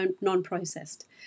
non-processed